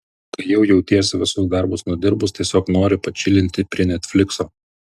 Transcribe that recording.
kai jau jautiesi visus darbus nudirbus tiesiog nori pačilinti prie netflikso